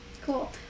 cool